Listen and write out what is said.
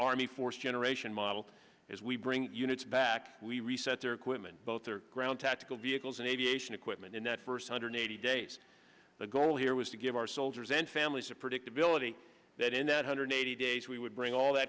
army force generation model as we bring units back we reset their equipment both their ground tactical vehicles and aviation equipment in that first hundred eighty days the goal here was to give our soldiers and families a predictability that in that hundred eighty days we would bring all that